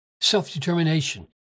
self-determination